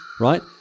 right